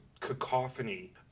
cacophony